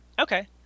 Okay